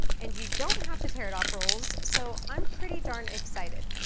and you don't have to tear it off rolls, so i'm pretty darn excited.